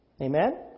Amen